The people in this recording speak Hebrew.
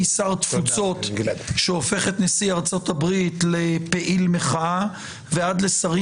משר תפוצות שהופך את נשיא ארה"ב לפעיל מחאה ועד לשרים